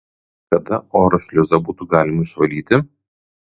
kada oro šliuzą būtų galima išvalyti